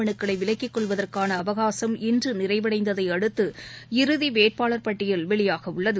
மனுக்களை விலக்கிக் கொள்வதற்கான அவகாசம் இன்று நிறைவடைந்ததை அடுத்து இறதி வேட்பாளர் பட்டியல் வெளியாக உள்ளது